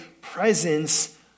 presence